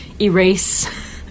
erase